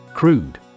Crude